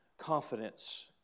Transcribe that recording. confidence